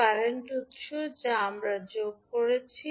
current উত্স যা আমরা যোগ করেছি